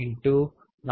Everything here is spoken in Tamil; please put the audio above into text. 136 7